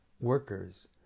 workers